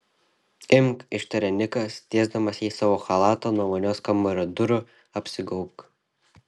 imk ištarė nikas tiesdamas jai savo chalatą nuo vonios kambario durų apsigaubk